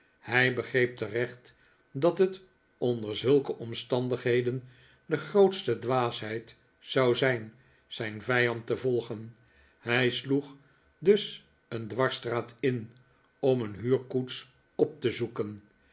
hij begreep terecht dat het onder zulke omstandigheden de grootste dwaasheid zou zijn zijn vijand te volgen hij sloeg dus een dwarsstraat in om een huurkoets op te zoeken